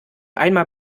einmal